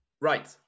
Right